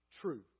True